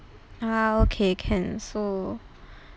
ah okay can so